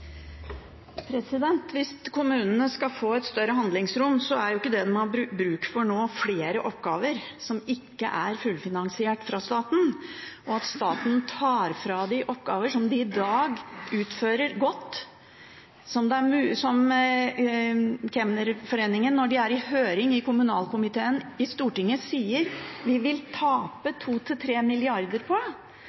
ikke det de har bruk for nå, flere oppgaver som ikke er fullfinansiert av staten, og at staten tar fra dem oppgaver som de i dag utfører godt, og som – som kemnerforeningen sa da de var i høring i kommunalkomiteen i Stortinget – vi vil tape 2–3 mrd. kr på